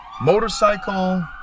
motorcycle